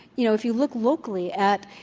you know if you look locally at,